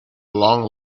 long